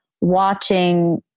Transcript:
watching